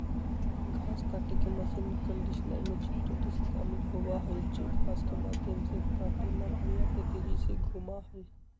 घास काटे के मशीन कंडीशनर में छोटे डिस्क शामिल होबा हई जो घास के माध्यम से काटे ला पर्याप्त तेजी से घूमा हई